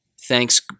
Thanks